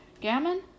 Gammon